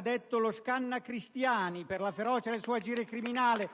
detto «lo scannacristiani» per la ferocia del suo agire criminale,